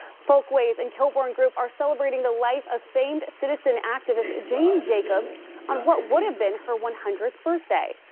folkways and kilbourne group are celebrating the life of famed citizen activist jane jacobs on what would have been her one hundredth birthday.